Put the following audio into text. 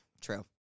true